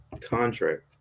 contract